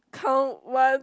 count one